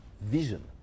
vision